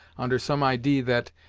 under some idee that,